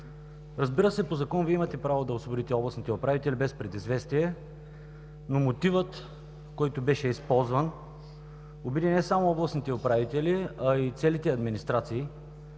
Разбира се, по закон Вие имате право да освободите областните управители без предизвестие, но мотивът, който беше използван, обиди не само областните управители, а и целите администрации,